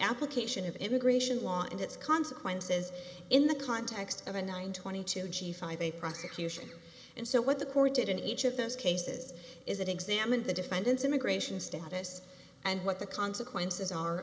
application of immigration law and its consequences in the context of a nine twenty two g five a prosecution and so what the court did in each of those cases is it examined the defendant's immigration status and what the consequences are